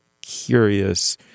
curious